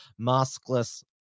maskless